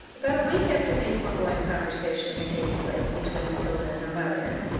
about a week after the foregoing conversation had taken place between matilda and her mother,